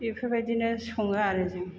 बेफोरबायदिनो सङो आरो जों